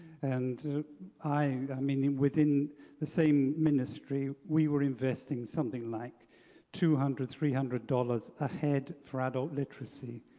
and i and i mean within the same ministry, we were investing something like two hundred, three hundred dollars a head for adult literacy,